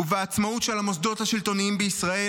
ובעצמאות של המוסדות השלטוניים בישראל,